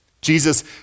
Jesus